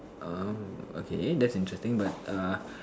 um okay that's interesting but err